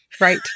Right